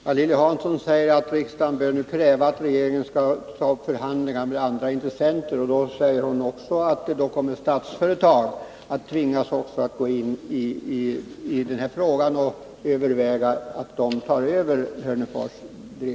Herr talman! Lilly Hansson säger att riksdagen nu bör kräva att regeringen tar upp förhandlingar med andra intressenter och att också Statsföretag då kommer att tvingas att gå in och överväga att ta över driften i Hörnefors.